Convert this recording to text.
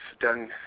done